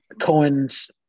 Cohen's